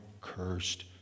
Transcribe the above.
cursed